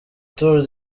tour